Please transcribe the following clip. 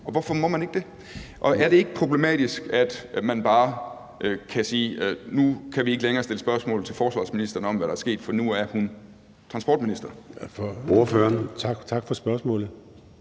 Hvorfor må man ikke det? Og er det ikke problematisk, at man bare kan sige, at vi nu ikke længere kan stille spørgsmål til forsvarsministeren om, hvad der er sket, for nu er hun transportminister? Kl.